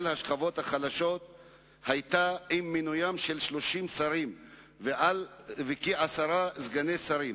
השכבות החלשות היו במינוים של 30 שרים וכעשרה סגני שרים,